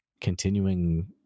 continuing